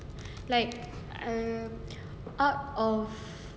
like out of